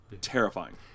Terrifying